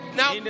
now